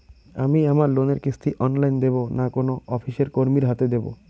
আমি আমার লোনের কিস্তি অনলাইন দেবো না কোনো অফিসের কর্মীর হাতে দেবো?